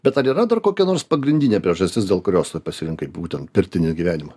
bet ar yra dar kokia nors pagrindinė priežastis dėl kurios pasirinkai būtent pirtinį gyvenimą